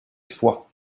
foi